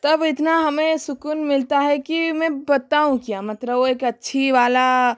तब इतना हमें सुकून मिलता है कि मैं बताउँ क्या मतलब वो एक अच्छी वाला